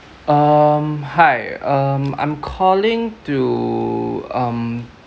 um hi um I'm calling to um